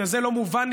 זה לא מובן,